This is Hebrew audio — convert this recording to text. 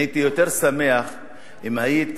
אני הייתי יותר שמח אם היית,